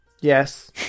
Yes